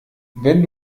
wenn